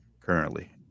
currently